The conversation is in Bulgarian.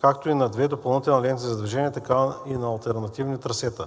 както и на две допълнителни ленти за движение, така и на алтернативни трасета.